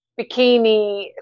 bikini